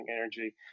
energy